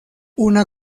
una